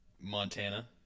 Montana